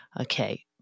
Okay